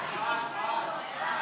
נתקבלו.